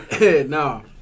No